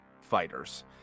fighters